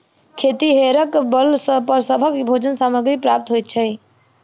खेतिहरेक बल पर सभक भोजन सामग्री प्राप्त होइत अछि